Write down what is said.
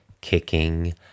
kicking